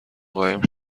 قایم